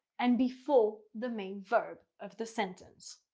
and before the main verb of the sentence.